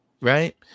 Right